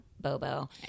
bobo